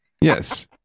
Yes